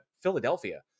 Philadelphia